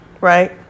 right